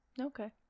Okay